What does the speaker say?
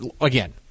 again